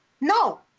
No